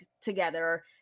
together